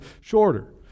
shorter